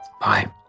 Bye